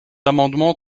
amendement